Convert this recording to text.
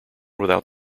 without